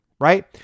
right